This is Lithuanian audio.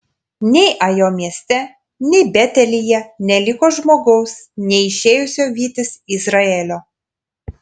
nei ajo mieste nei betelyje neliko žmogaus neišėjusio vytis izraelio